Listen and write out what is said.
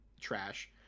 trash